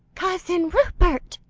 cousin rupert!